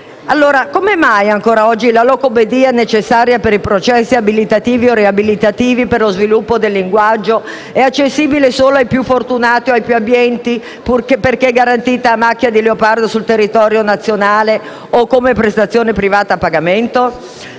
come mai ancora oggi la logopedia, necessaria per processi abilitativi o riabilitativi per lo sviluppo del linguaggio, sia accessibile solo ai più fortunati o ai più abbienti, perché garantita a macchia di leopardo sul territorio nazionale o come prestazione privata a pagamento?